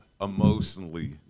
emotionally